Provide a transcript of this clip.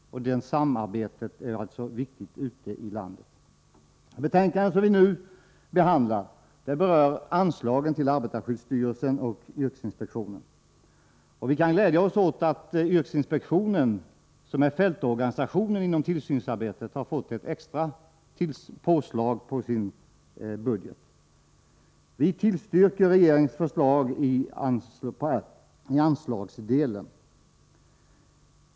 Det samarbetet är viktigt ute i landet. Det betänkande som vi nu behandlar berör anslagen till arbetarskyddsstyrelsen och yrkesinspektionen. Vi kan glädja oss åt att yrkesinspektionen, som är fältorganisationen i tillsynsarbetet, har fått ett extra påslag på sin budget. Vi tillstyrker regeringens förslag i anslagsdelen.